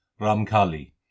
Ramkali